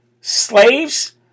slaves